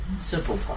simple